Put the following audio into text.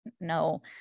no